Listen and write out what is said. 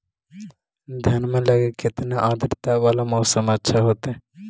धनमा लगी केतना आद्रता वाला मौसम अच्छा होतई?